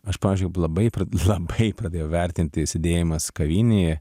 aš pavyzdžiui labai prad labai pradėjau vertinti sėdėjimas kavinėje